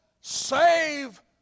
save